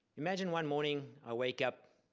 imagine one morning i wake up,